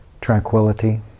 Tranquility